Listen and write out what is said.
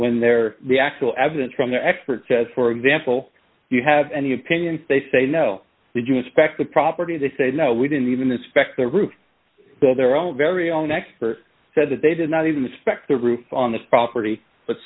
when there the actual evidence from the expert says for example you have any opinion they say no did you inspect the property they said no we didn't even inspect the roof well they're all very own experts said that they did not even expect the roof on this property but